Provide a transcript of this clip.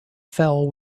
fell